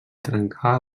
trencar